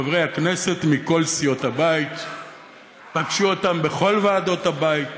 וחברי הכנסת מכל סיעות הבית פגשו אותם בכל ועדות הבית